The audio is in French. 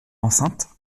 enceinte